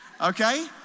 Okay